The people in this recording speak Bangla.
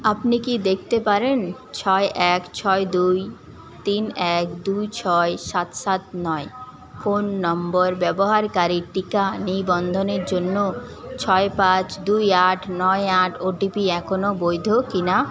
আপনি কি দেখতে পারেন ছয় এক ছয় দুই তিন এক দুই ছয় সাত সাত নয় ফোন নম্বর ব্যবহারকারীর টিকা নিবন্ধনের জন্য ছয় পাঁচ দুই আট নয় আট ওটিপি এখনও বৈধ কিনা